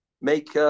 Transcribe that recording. Make